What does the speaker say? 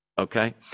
okay